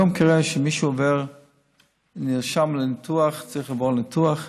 היום, כשמישהו נרשם לניתוח, צריך לעבור ניתוח,